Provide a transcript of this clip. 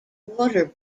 water